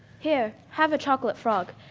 here, have a chocolate frog.